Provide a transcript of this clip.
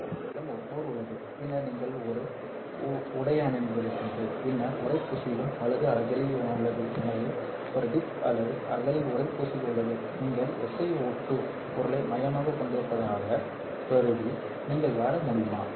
எனவே உங்களிடம் ஒரு கோர் உள்ளது பின்னர் நீங்கள் ஒரு உடையணிந்திருக்கிறீர்கள் பின்னர் உறைப்பூச்சிலும் வலது அகழி உள்ளது எனவே ஒரு டிப் அல்லது அகழி உறைப்பூச்சில் உள்ளது நீங்கள் SiO2 பொருளை மையமாகக் கொண்டிருப்பதாகக் கருதி நீங்கள் வர முடியுமா